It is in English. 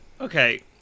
Okay